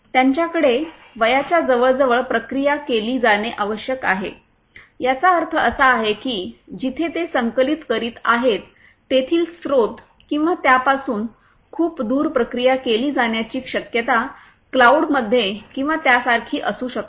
त्यांच्याकडे वयाच्या जवळजवळ प्रक्रिया केली जाणे आवश्यक आहे याचा अर्थ असा आहे की जिथे ते संकलित करीत आहेत तेथील स्त्रोत किंवा त्यापासून खूप दूर प्रक्रिया केली जाण्याची शक्यता क्लाऊड मध्ये किंवा त्यासारखी असू शकते